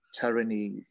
tyranny